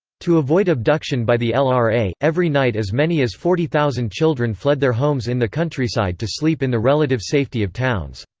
to avoid abduction by the lra, every night as many as forty thousand children fled their homes in the countryside to sleep in the relative safety of towns.